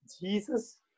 Jesus